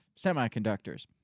semiconductors